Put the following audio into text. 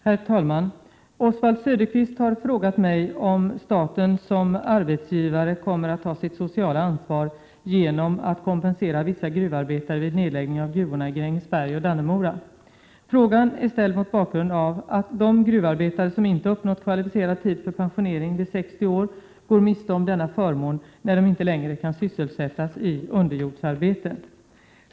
Herr talman! Oswald Söderqvist har frågat mig om staten som arbetsgivare kommer att ta sitt sociala ansvar genom att kompensera vissa gruvarbetare vid nedläggningen av gruvorna i Grängesberg och Dannemora. Frågan är ställd mot bakgrund av att de gruvarbetare som inte uppnått kvalificerad tid för pensionering vid 60 år går miste om denna förmån när de inte längre kan sysselsättas i underjordsarbete.